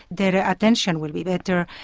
their attention will be better,